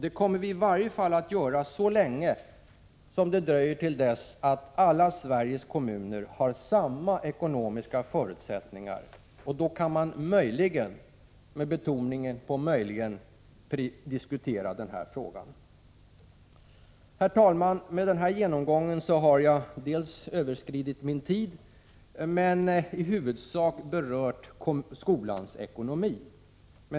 Det kommer vi att göra i varje fall till dess att alla Sveriges kommuner har samma ekonomiska förutsättningar. Då kan man möjligen — med betoning på ”möjligen” — diskutera den här frågan. Herr talman! Med denna genomgång har jag i huvudsak uppehållit mig vid skolans ekonomi.